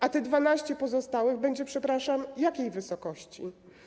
A te dwanaście pozostałych będzie, przepraszam, w jakiej wysokości?